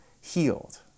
healed